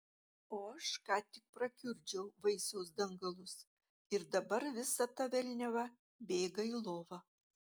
o aš ką tik prakiurdžiau vaisiaus dangalus ir dabar visa ta velniava bėga į lovą